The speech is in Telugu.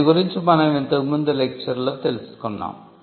దీని గురించి మనం ఇంతకు ముందు లెక్చర్ లలో తెలుసుకున్నాం